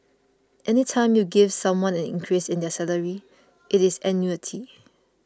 any time you give someone an increase in their salary it is annuity